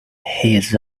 his